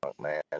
man